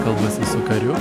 kalbasi su kariu